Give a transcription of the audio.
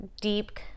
deep